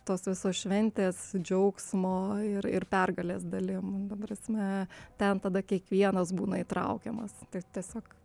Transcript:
tos visos šventės džiaugsmo ir ir pergalės dalijimo ta prasme ten tada kiekvienas būna įtraukiamas tai tiesiog